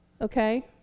Okay